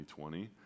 2020